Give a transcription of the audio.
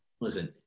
listen